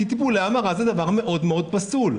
כי טיפולי המרה זה דבר מאוד מאוד פסול.